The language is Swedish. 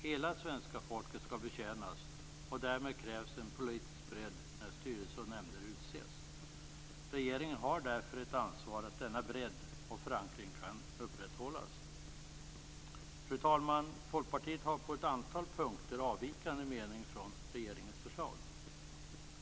Hela svenska folket skall betjänas, och därmed krävs en politisk bredd när styrelser och nämnder utses. Regeringen har därför ett ansvar att denna bredd och förankring kan upprätthållas. Fru talman! Folkpartiet har på ett antal punkter avvikande mening från regeringens förslag.